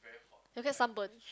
they will get sunburn